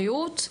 בריאות,